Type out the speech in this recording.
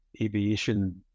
aviation